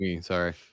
sorry